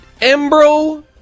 Embro